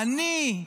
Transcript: אני,